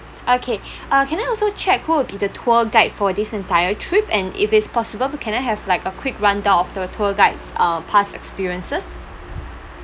okay uh can I also check who would be the tour guide for this entire trip and if it's possible can I have like a quick rundown of the tour guide's uh past experiences